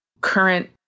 current